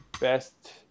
best